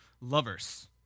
lovers